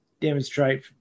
demonstrate